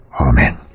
Amen